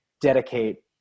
dedicate